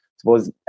suppose